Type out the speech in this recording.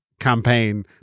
campaign